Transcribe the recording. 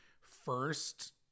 first